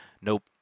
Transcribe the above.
Nope